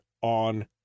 on